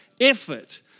effort